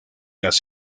las